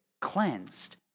cleansed